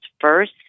first